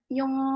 yung